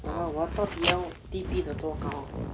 !wow! 我到底 T_P 得多高